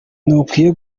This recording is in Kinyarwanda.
ntukwiye